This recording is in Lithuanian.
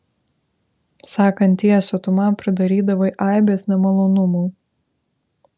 sakant tiesą tu man pridarydavai aibes nemalonumų